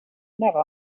never